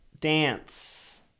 dance